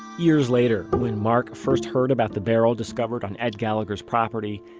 years later when mark first heard about the barrel discovered on ed gallagher's property,